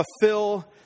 fulfill